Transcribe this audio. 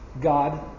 God